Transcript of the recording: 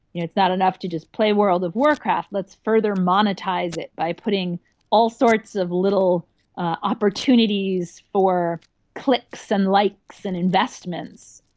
it's not enough to just play world of warcraft, let's further monetise it by putting all sorts of little opportunities for clicks and likes and investments.